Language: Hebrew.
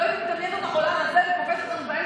לא הייתי מדמיינת אותך עולה על זה, אותנו